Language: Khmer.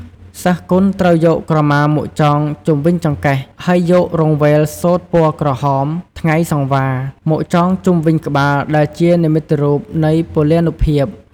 សិស្សគុនត្រូវយកក្រមាមកចងជុំវិញចង្កេះ ហើយយករង្វេលសូត្រពណ៌ក្រហម«ថ្ងៃសង្វារ»មកចងជុំវិញក្បាលដែលជានិមិត្តរូបនៃពលានុភាព។